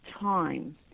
time